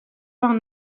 vingt